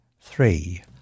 three